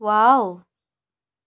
wow